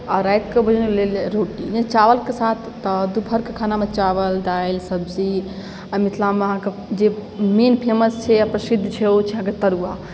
आओर रातिकऽ भोजन लेल रोटी चावलके साथ तऽ दुपहरके खानामे चावल दालि सब्जी आओर मिथिलामे अहाँके जे मेन फेमस छै आओर प्रसिद्द छै ओ छै अहाँके तरुआ